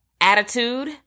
attitude